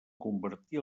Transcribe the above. convertir